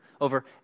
over